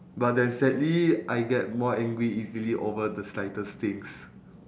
but then sadly I get more angry easily over the slightest things